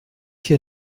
hier